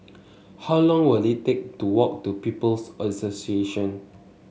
how long will it take to walk to People's Association